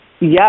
Yes